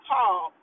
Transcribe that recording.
Paul